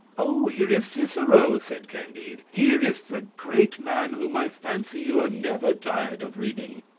oh! here is cicero, said candide. here is the great man whom i fancy you are never tired of reading.